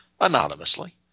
anonymously